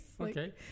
okay